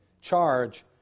charge